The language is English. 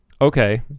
Okay